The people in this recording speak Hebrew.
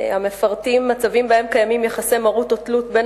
המפרטות מצבים שבהם קיימים יחסי מרות או תלות בין